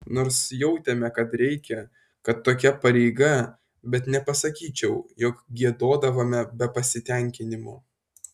nors jautėme kad reikia kad tokia pareiga bet nepasakyčiau jog giedodavome be pasitenkinimo